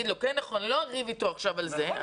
אני לא אריב איתו עכשיו על זה.